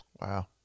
Wow